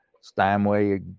Steinway